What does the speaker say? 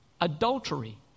adultery